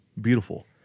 Beautiful